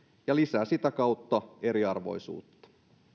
ja se lisää sitä kautta eriarvoisuutta